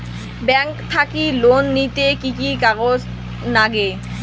Bank থাকি loan নিতে কি কি কাগজ নাগে?